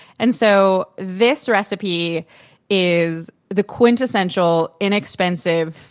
and so this recipe is the quintessential inexpensive,